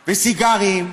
וסיגרים,